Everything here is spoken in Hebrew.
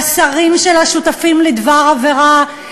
והשרים שלה שותפים לדבר עבירה.